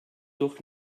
doch